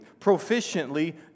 proficiently